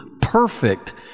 perfect